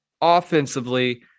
offensively